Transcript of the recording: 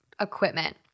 equipment